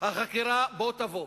החקירה בוא תבוא.